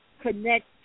connect